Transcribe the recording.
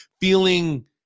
feeling